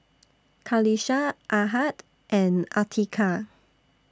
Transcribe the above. Qalisha Ahad and Atiqah